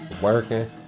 working